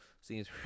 seems